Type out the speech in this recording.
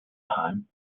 time